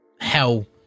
hell